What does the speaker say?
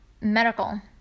medical